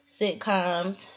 sitcoms